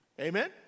Amen